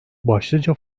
başlıca